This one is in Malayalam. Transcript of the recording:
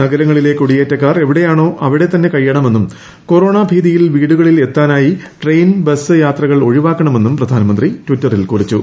നഗരങ്ങളിലെ കുടിയേറ്റക്കാർ എവിടെയാണോ അവിടെതന്നെ കഴിയണമെന്നും കൊറോണ ഭീതിയിൽ വീടുകളിൽ എത്താനായി ട്രെയിൻ ബസ് യാത്രകൾ ഒഴിവാക്കണമെന്നും പ്രധാനമന്ത്രി ടിറ്ററിൽ കുറിച്ചു